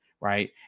right